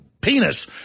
penis